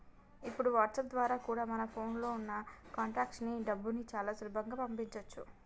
ఇప్పుడు వాట్సాప్ ద్వారా కూడా మన ఫోన్ లో ఉన్న కాంటాక్ట్స్ కి డబ్బుని చాలా సులభంగా పంపించొచ్చు